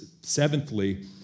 Seventhly